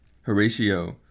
Horatio